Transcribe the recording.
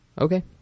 Okay